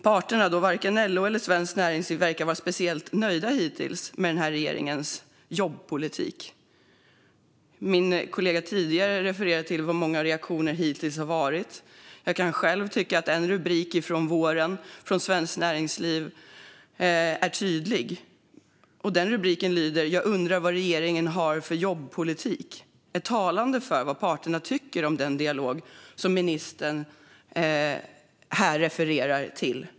Ingen av parterna LO och Svenskt Näringsliv verkar vara speciellt nöjd hittills med regeringens jobbpolitik. Min kollega refererade tidigare till de många reaktionerna hittills. Jag tycker själv att en av vårens rubriker från Svenskt Näringsliv är tydlig. Den lyder: "Jag undrar vad regeringen har för jobbpolitik", vilket är talande för vad parterna tycker om den dialog som ministern refererar till.